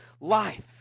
life